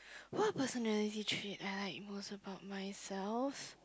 what personality trait I like most about myself